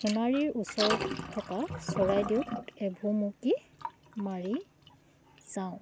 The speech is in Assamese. সোণাৰীৰ ওচৰত থকা চৰাইদেউত এভুমুকি মাৰি যাওঁ